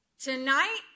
Tonight